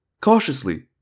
cautiously